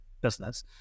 business